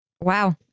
Wow